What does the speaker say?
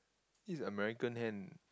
this is American hand